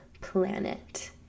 planet